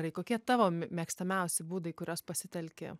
tai kokie tavo me mėgstamiausi būdai kuriuos pasitelki